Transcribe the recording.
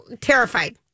Terrified